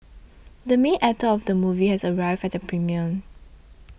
the main actor of the movie has arrived at the premiere